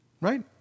right